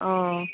অ